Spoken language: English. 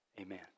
Amen